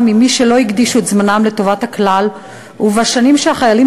לעומת מי שלא הקדישו את זמנם לטובת הכלל ובשנים שהחיילים